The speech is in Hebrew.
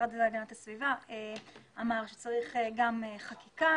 המשרד להגנת הסביבה אמר שצריך גם חקיקה,